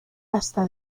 hasta